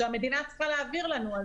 שהמדינה צריכה להעביר לנו.